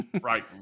Right